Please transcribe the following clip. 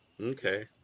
Okay